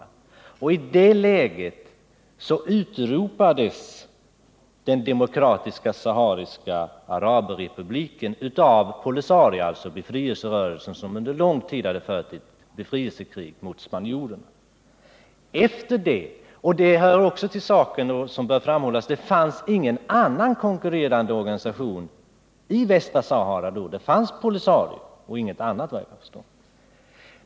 I det Torsdagen den läget utropades den Demokratiska sahariska arabrepubliken av POLISA RIO, 7 december 1978 dvs. den befrielserörelse som under lång tid fört ett befrielsekrig mot spanjorerna. Det hör till saken, och det bör framhållas, att det inte fanns någon annan konkurrerande organisation i Västra Sahara. Där fanns bara POLISARIO vad jag kan förstå.